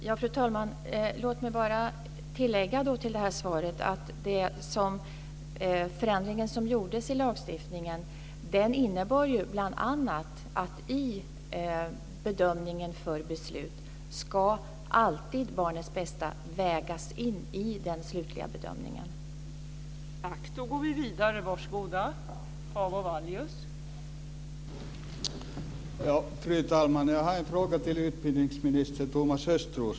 Fru talman! Låt mig bara tillägga till det jag svarade senast att den förändring som gjordes i lagstiftningen bl.a. innebar att barnets bästa alltid ska vägas in i den slutliga bedömningen inför beslut.